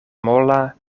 mola